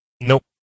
nope